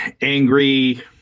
angry